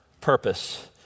purpose